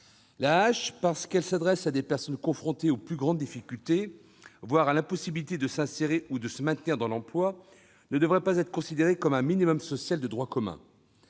L'AAH, parce qu'elle s'adresse à des personnes confrontées aux plus grandes difficultés, voire à l'impossibilité de s'insérer ou de se maintenir dans l'emploi, ne devrait pas être considérée comme un minimum social de droit commun.